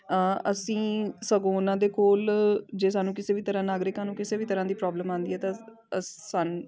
ਅਸੀਂ ਸਗੋਂ ਉਹਨਾਂ ਦੇ ਕੋਲ ਜੇ ਸਾਨੂੰ ਕਿਸੇ ਵੀ ਤਰ੍ਹਾਂ ਨਾਗਰਿਕਾਂ ਨੂੰ ਕਿਸੇ ਵੀ ਤਰ੍ਹਾਂ ਦੀ ਪ੍ਰੋਬਲਮ ਆਉਂਦੀ ਹੈ ਤਾਂ ਅ ਸਾਨ